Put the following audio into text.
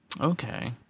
Okay